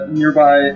nearby